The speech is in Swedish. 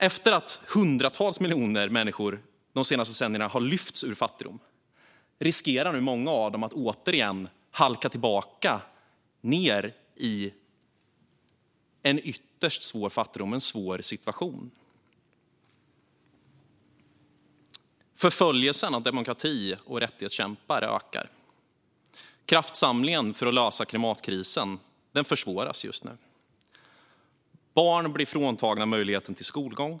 Efter att hundratals miljoner de senaste decennierna har lyfts ur fattigdom riskerar nu många av dem att återigen halka tillbaka ned i en ytterst svår situation. Förföljelsen av demokrati och rättighetskämpar ökar. Kraftsamlingen för att lösa klimatkrisen försvåras just nu. Barn blir fråntagna möjligheten till skolgång.